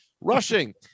Rushing